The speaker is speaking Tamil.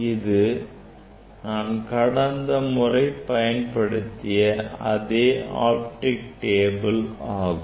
இது நான் கடந்த முறை பயன்படுத்திய அதே optical table ஆகும்